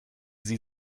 sie